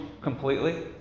completely